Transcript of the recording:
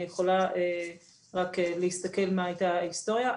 אני יכולה רק להסתכל ולבדוק מה הייתה ההיסטוריה,